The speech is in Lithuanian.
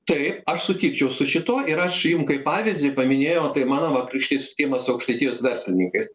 taip aš stikčiau su šituo ir aš jum kaip pavyzdį paminėjau tai mano vakarykštis susitikimas su aukštaitijos verslininkais